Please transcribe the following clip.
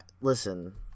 Listen